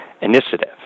Initiative